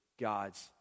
God's